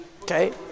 Okay